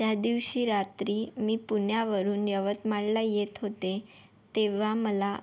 त्या दिवशी रात्री मी पुण्यावरून यवतमाळला येत होते तेव्हा मला